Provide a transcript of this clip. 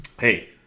Hey